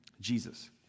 Jesus